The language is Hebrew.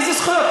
איזה זכויות?